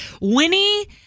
Winnie